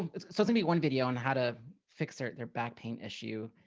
it's supposed to be one video on how to fix their their back pain issue.